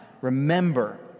Remember